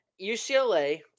UCLA